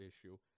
issue